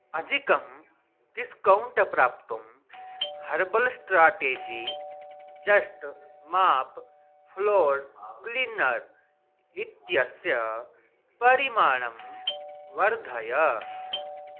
अधिकं डिस्कौण्ट् प्राप्तुं herbal strategy just mop floor cleaner इत्यस्य परिमाणं वर्धय